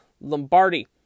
Lombardi